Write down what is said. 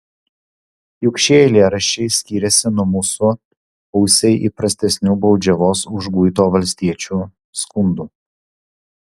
juk šie eilėraščiai skiriasi nuo mūsų ausiai įprastesnių baudžiavos užguito valstiečio skundų